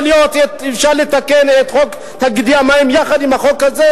יכול להיות שאפשר לתקן את חוק תאגידי המים יחד עם החוק הזה,